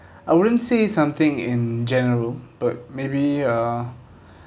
I wouldn't say something in general but maybe a